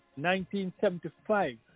1975